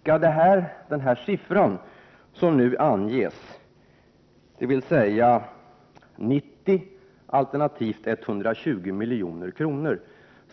Skall de siffror som nu anges, dvs. 90 alternativt 120 milj.kr.,